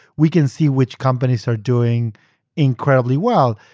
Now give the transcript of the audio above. we can see which companies are doing incredibly well.